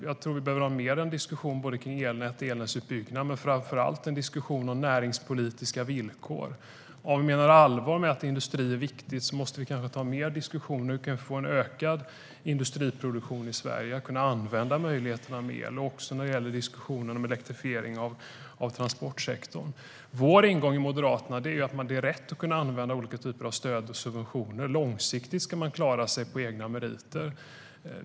Jag tror att vi behöver ha en diskussion kring elnät och elnätsutbyggnad och framför allt en diskussion om näringspolitiska villkor. Om vi menar allvar med att industrin är viktig måste vi kanske ha mer diskussion. Hur kan vi få en ökad industriproduktion i Sverige? Det handlar om att kunna använda möjligheterna mer. Det gäller också diskussionen om elektrifiering av transportsektorn. Vår ingång i Moderaterna är att det är rätt att kunna använda olika typer av stöd och subventioner. Långsiktigt ska man klara sig på egna meriter.